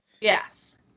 yes